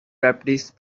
rapids